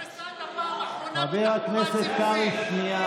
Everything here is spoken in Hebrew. מתי נסעת בפעם האחרונה בתחבורה ציבורית?